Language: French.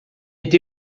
est